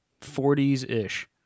Forties-ish